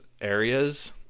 areas